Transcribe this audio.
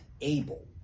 able